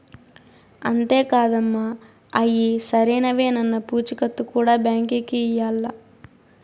అంతే కాదమ్మ, అయ్యి సరైనవేనన్న పూచీకత్తు కూడా బాంకీకి ఇయ్యాల్ల